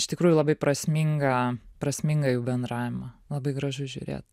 iš tikrųjų labai prasmingą prasmingą jų bendravimą labai gražu žiūrėt